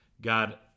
god